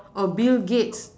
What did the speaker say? oh bill gates